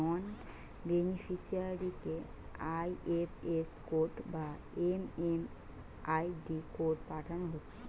নন বেনিফিসিয়ারিকে IFS code বা MMID code পাঠানা হচ্ছে